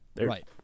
right